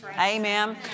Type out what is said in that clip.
Amen